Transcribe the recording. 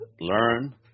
learn